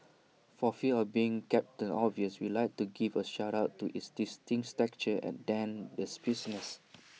for fear of being captain obvious we'd like to give A shout out to its distinct texture than the spiciness